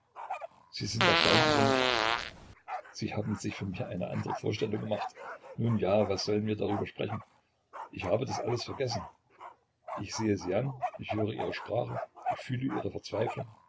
sie sind erstaunt über mich sie haben sich von mir eine andere vorstellung gemacht nun ja was sollen wir darüber sprechen ich habe das alles vergessen ich sehe sie an ich höre ihre sprache ich fühle ihre verzweiflung